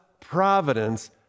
providence